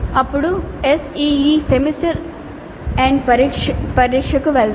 అప్పుడు SEE semester end పరీక్షకు వెళ్దాం